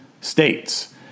states